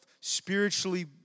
spiritually